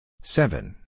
Seven